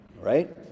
Right